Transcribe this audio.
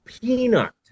peanut